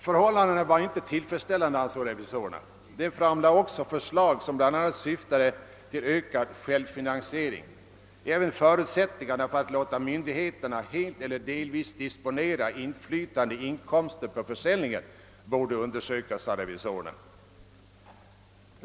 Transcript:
Förhållandena var inte tillfredsställande, ansåg revisorerna. De framlade också förslag som bl.a. syftade till ökad självfinansiering. Även förutsättningarna för att låta myndigheterna helt eller delvis disponera inflytande inkomster från försäljningen borde undersökas, sade revisorerna.